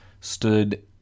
stood